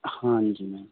ਹਾਂਜੀ ਮੈਮ